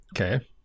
okay